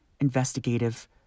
investigative